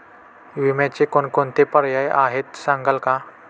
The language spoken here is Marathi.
विम्याचे कोणकोणते पर्याय आहेत सांगाल का?